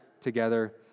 together